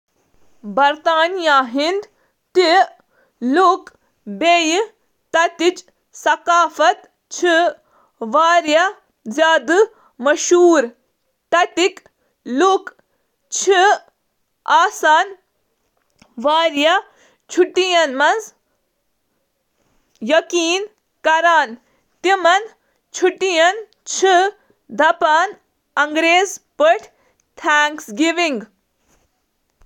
برطانیہٕچ ثقافت چِھ امکہٕ تٲریخ، امکیٛن جزوی قومن ہنٛز ثقافتہٕ تہٕ برطانوی سلطنتس سۭتۍ متٲثر۔ شائستہٕ، آداب تہٕ عام شائستگی چھِ یِہنٛدِ ثقافتٕچ نِشانہٕ۔